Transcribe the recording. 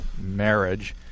marriage